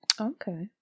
Okay